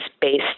based